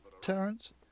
Terence